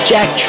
Jack